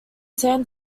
san